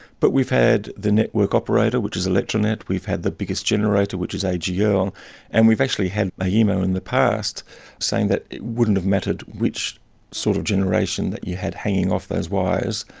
but we've had the network operator, which is electranet, we've had the biggest generator, which is agl, yeah ah um and we've actually had ah yeah aemo in the past saying that it wouldn't have mattered which sort of generation that you had hanging off those wires,